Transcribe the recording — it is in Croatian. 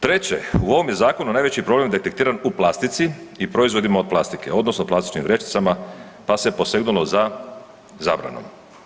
Treće, u ovom je zakonu najveći problem detektiran u plastici i proizvodima od plastike odnosno plastičnim vrećicama, pa se posegnulo za zabranom.